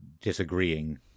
disagreeing